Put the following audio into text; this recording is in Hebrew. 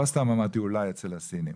לכן אמרתי אולי, לא סתם אמרתי אולי אצל הסינים.